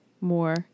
more